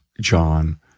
John